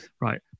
right